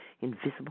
invisible